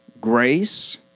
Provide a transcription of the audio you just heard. grace